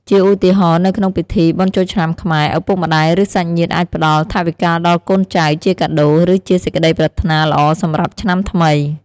ជាឧទាហរណ៍ នៅក្នុងពិធី បុណ្យចូលឆ្នាំខ្មែរ ឪពុកម្ដាយ ឬសាច់ញាតិអាចផ្ដល់ ថវិកាដល់កូនចៅជាកាដូ ឬជាសេចក្ដីប្រាថ្នាល្អសម្រាប់ឆ្នាំថ្មី។